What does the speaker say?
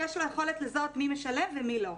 יש לו יכולת לזהות מי משלם ומי לא.